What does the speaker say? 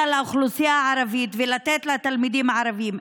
לאוכלוסייה הערבית ולתת לתלמידים הערבים.